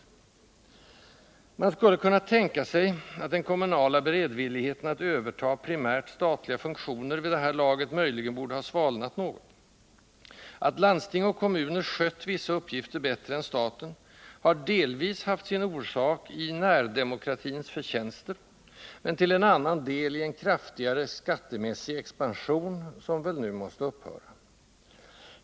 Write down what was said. Man skulle kunna tänka sig att den kommunala beredvilligheten att överta primärt statliga funktioner vid det här laget möjligen borde ha svalnat något. Att landsting och kommuner skött vissa uppgifter bättre än staten har delvis haft sin orsak i närdemokratins förtjänster men till en annan del i en kraftigare skattemässig expansion, som väl nu måste upphöra.